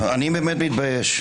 אני באמת מתבייש.